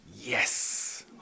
yes